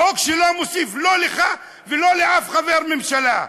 חוק שלא מוסיף לא לך ולא לאף חבר ממשלה.